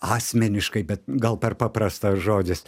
asmeniškai bet gal per paprastas žodis